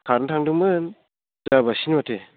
खारनो थांदोंमोन जाबोआसै माथो